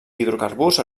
hidrocarburs